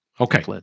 Okay